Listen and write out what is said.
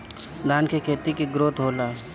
धान का खेती के ग्रोथ होला?